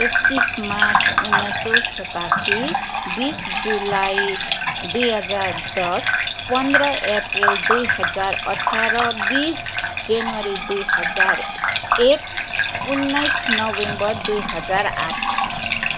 एक्तिस मार्च उन्नाइस सौ सतासी बिस जुलाई दुई हजार दस पन्ध्र अप्रेल दुई हजार अठार बिस जनवरी दुई हजार एक उन्नाइस नोभेम्बर दुई हजार आठ